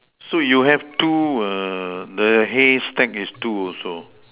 so you have two err the hay stack is two also